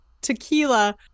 tequila